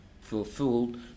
fulfilled